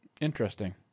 Interesting